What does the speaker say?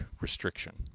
restriction